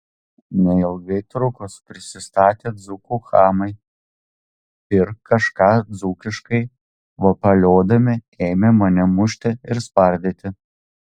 neilgai trukus prisistatė dzūkų chamai ir kažką dzūkiškai vapaliodami ėmė mane mušti ir spardyti